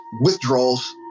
Withdrawals